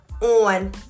on